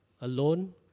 alone